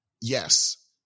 Yes